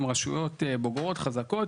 שהן בוגרות וחזקות,